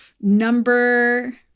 Number